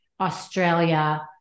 Australia